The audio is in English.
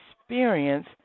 experience